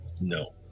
No